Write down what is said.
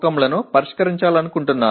க்களை உரையாற்ற விரும்புகிறேன்